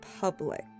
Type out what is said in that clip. public